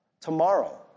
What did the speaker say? Tomorrow